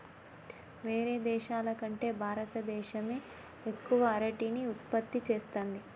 వేరే దేశాల కంటే భారత దేశమే ఎక్కువ అరటిని ఉత్పత్తి చేస్తంది